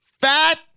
Fat